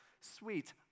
sweet